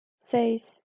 seis